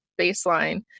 baseline